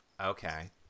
Okay